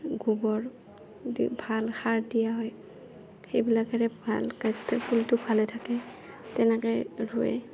গোবৰ ভাল সাৰ দিয়া হয় সেইবিলাকেৰে ভালকে ফুলটো ভালে থাকে তেনেকে ৰোৱে